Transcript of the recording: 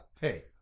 Hey